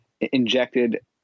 injected